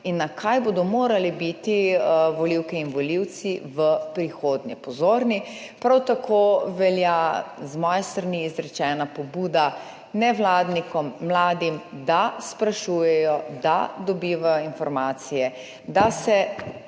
in na kaj bodo morali biti volivke in volivci v prihodnje pozorni. Prav tako velja z moje strani izrečena pobuda nevladnikom, mladim, da sprašujejo, da dobivajo informacije, da se